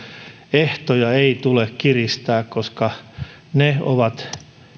ehtoja ei tule kiristää koska ne ovat